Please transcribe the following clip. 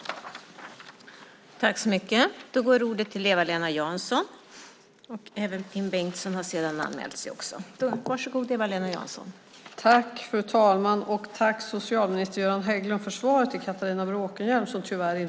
Då Catharina Bråkenhielm, som framställt interpellationen, anmält att hon var förhindrad att närvara vid sammanträdet medgav andre vice talmannen att Eva-Lena Jansson i stället fick delta i överläggningen.